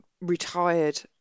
retired